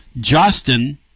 Justin